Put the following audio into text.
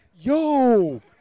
yo